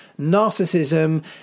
narcissism